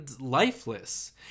lifeless